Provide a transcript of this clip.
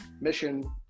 mission